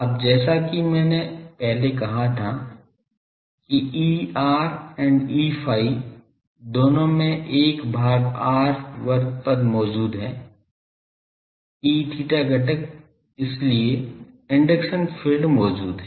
अब जैसा कि मैंने पहले कहा था कि Er and Eϕ दोनों में 1 भाग r वर्ग पद मौजूद है Eθ घटक इसलिए इंडक्शन फील्ड मौजूद हैं